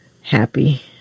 happy